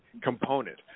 component